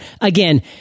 Again